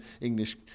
English